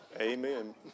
Amen